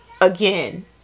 Again